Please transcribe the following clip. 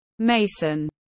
mason